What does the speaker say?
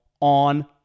on